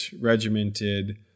regimented